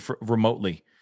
remotely